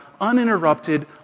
uninterrupted